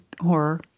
horror